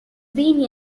been